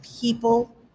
people